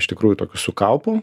iš tikrųjų tokius su kaupu